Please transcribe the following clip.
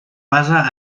basa